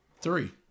Three